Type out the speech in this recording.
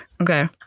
Okay